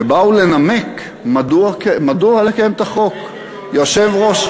כשבאו לנמק מדוע לקיים את החוק, יושב-ראש,